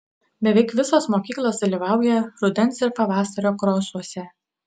beveik visos mokyklos dalyvauja rudens ir pavasario krosuose